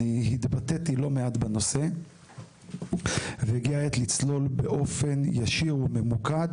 אני התבטאתי לא מעט בנושא והגיעה העת לצלול באופן ישיר וממוקד.